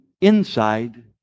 inside